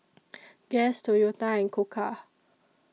Guess Toyota and Koka